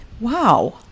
wow